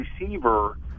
receiver